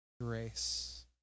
grace